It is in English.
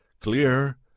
clear